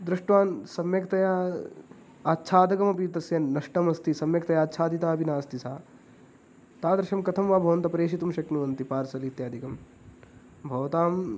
दृष्ट्वान् सम्यक्तया आच्छादकमपि तस्य नष्टमस्ति सम्यक्तया अच्छादिता अपि नास्ति सा तादृशं कथं वा भवन्तः प्रेषितुं शक्नुवन्ति पार्सेल् इत्यादिकं भवताम्